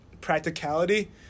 practicality